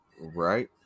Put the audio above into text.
Right